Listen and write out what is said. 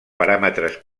paràmetres